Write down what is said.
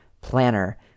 planner